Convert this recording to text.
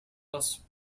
was